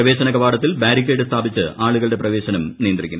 പ്രവേശന കവാടത്തിൽ ബാരിക്കേഡ് സ്ഥാപിച്ച് ആളുകളുടെ പ്രവേശനം നിയന്ത്രിക്കും